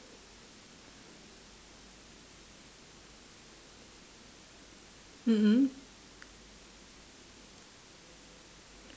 mmhmm